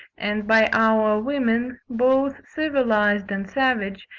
and by our women, both civilised and savage,